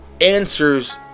answers